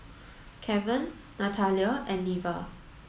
Kevan Nathalia and Leva